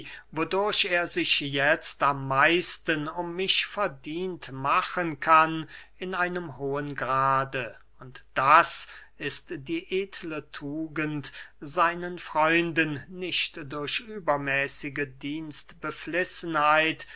wodurch er sich jetzt am meisten um mich verdient machen kann in einem hohen grade und das ist die edle tugend seinen freunden nicht durch übermäßige